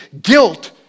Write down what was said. Guilt